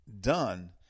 done